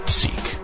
seek